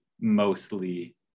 mostly